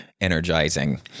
energizing